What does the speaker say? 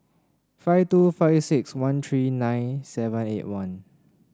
five two five six one three nine seven eight one